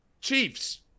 Chiefs